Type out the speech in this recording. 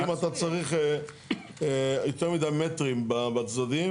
כי אם אתה צריך יותר מידי מטרים בצדדים,